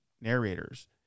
narrators